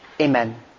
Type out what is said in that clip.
Amen